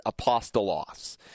apostolos